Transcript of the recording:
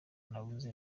nabuze